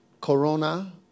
corona